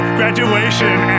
graduation